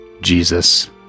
Jesus